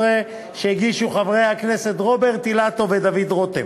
15) שהגישו חברי הכנסת רוברט אילטוב ודוד רותם.